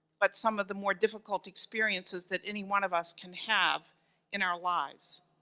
but some of the more difficult experiences that any one of us can have in our lives.